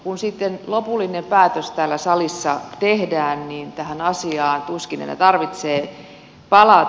kun sitten lopullinen päätös täällä salissa tehdään niin tähän asiaan tuskin enää tarvitsee palata